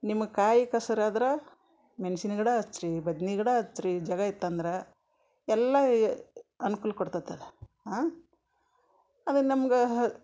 ನಿಮಗೆ ಕಾಯ್ ಕೆಸ್ರಾದ್ರೆ ಮೆಣ್ಸಿನ ಗಿಡ ಹಚ್ರಿ ಬದ್ನೆ ಗಿಡ ಹಚ್ರಿ ಜಾಗ ಇತ್ತಂದ್ರೆ ಎಲ್ಲ ಅನ್ಕೂಲ ಕೊಡ್ತೈತೆ ಅದು ಅದು ನಮ್ಗೆ